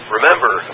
Remember